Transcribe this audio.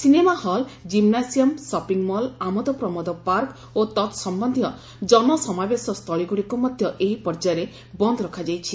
cinema hall gymnasium shopping mall ଆମୋଦ ପ୍ରମୋଦ park ଓ ତତ୍ ସମ୍ଭନ୍ଧୀୟ ଜନସମାବେଶ ସ୍ଥଳୀଗୁଡ଼ିକୁ ମଧ୍ୟ ଏହି ପର୍ଯ୍ୟାୟରେ ବନ୍ଦ ରଖାଯାଇଛି